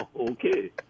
Okay